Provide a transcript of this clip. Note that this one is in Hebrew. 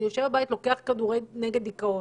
אני יושב ובבית ולוקח כדורים נגד דיכאון.